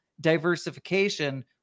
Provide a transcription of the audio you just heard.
diversification